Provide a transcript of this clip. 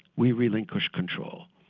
we relinquish control.